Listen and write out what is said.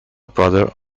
brother